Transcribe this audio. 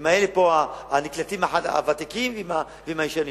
עם אלה הנקלטים הוותיקים ועם הישנים.